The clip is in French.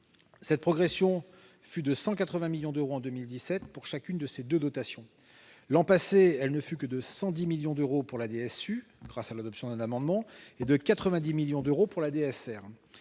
Cette progression a été de 180 millions d'euros en 2017 pour chacune de ces deux dotations. L'an passé, elle n'a été que de 110 millions d'euros pour la DSU, grâce à l'adoption d'un amendement, et de 90 millions d'euros pour la DSR.